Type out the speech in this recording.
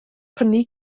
prynu